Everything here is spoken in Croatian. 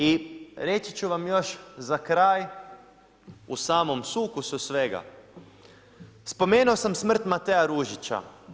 I reći ću vam još za kraj, u samom sukusu svega, spomenuo sam smrt Matea Ružića.